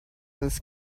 this